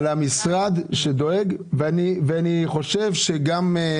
אין אפס.